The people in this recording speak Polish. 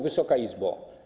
Wysoka Izbo!